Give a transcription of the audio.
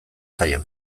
zaio